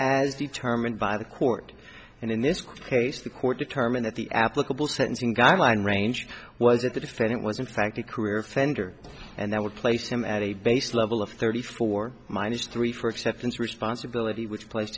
as determined by the court and in this case the court determined that the applicable sentencing guideline range was that the defendant was in fact a career offender and that would place him at a base level of thirty four minus three for acceptance of responsibility which place